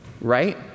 right